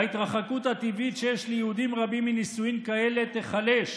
וההתרחקות הטבעית שיש ליהודים רבים מנישואים כאלה תיחלש,